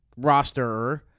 rosterer